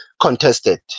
contested